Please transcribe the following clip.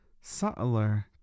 subtler